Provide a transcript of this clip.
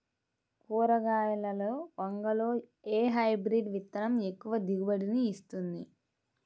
కూరగాయలలో వంగలో ఏ హైబ్రిడ్ విత్తనం ఎక్కువ దిగుబడిని ఇస్తుంది?